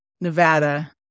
Nevada